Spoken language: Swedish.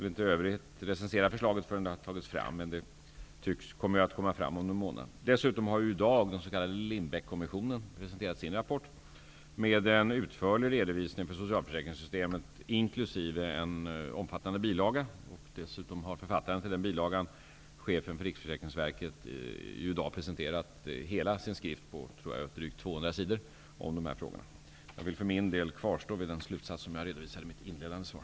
Jag vill för övrigt inte recensera förslaget innan det har lagts fram, vilket kommer att ske om någon månad. Dessutom har den s.k. Lindbeckkommissionen i dag presenterat sin rapport med en utförlig redovisning av socialförsäkringssystemet inkl. en omfattande bilaga. Författaren till denna bilaga, chefen för Riksförsäkringsverket, har i dag presenterat hela sin skiss som omfattar drygt 200 Jag vill för övrigt kvarstå vid den slutsats som jag redovisade i mitt inledande svar.